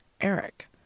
Eric